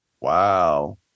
Wow